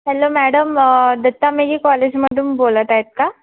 hello madam Datta Meghe कॉलेजमधून बोलत आहेत का